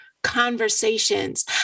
conversations